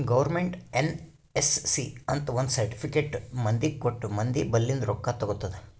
government NSC ಅಂತ್ ಒಂದ್ certificate ಮಂದಿಗ ಕೊಟ್ಟು ಮಂದಿ ಬಲ್ಲಿಂದ್ ರೊಕ್ಕಾ ತಗೊತ್ತುದ್